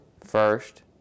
First